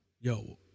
yo